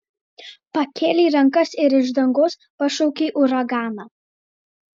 pakėlei rankas ir iš dangaus pašaukei uraganą